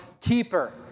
keeper